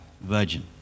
virgin